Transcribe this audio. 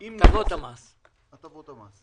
אני מאלה שנשארו למרות הכול,